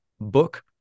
book